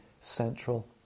central